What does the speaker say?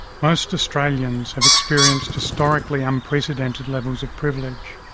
most australians have experienced historically unprecedented levels of privilege.